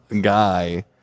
guy